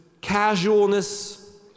casualness